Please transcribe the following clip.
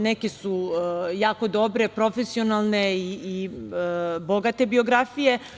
Neke su jako dobre, profesionalne i bogate biografije.